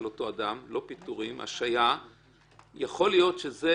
אותו אדם לא פיטורים יכול להיות שזה